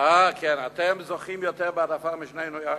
אה, כן, אתם זוכים יותר בהעדפה משנינו יחד.